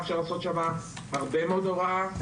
אפשר לעשות שם הרבה מאוד הוראה.